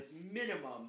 minimum